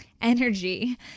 energy